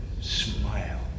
smile